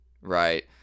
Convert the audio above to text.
right